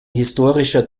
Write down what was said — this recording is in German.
historischer